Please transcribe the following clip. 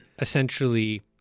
essentially